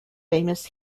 famous